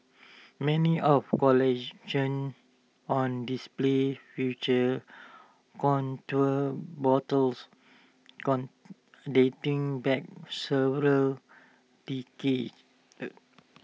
many of collections on display featured contour bottles dating back several decades